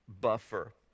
buffer